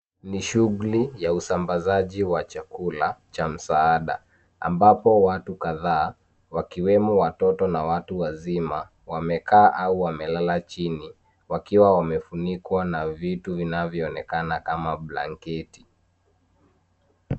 Ni shughuli ya usambazaji wa chakula cha msaada; ambapo watu kadhaa wakiwemo watoto na watu wazima wamekaa au wamelala chini, wakiwa wamefunikwa na vitu vinavyoonekana kama blanketi.